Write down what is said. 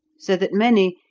so that many,